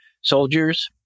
soldiers